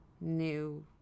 new